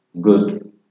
good